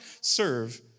serve